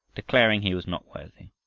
declaring he was not worthy.